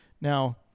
Now